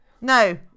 no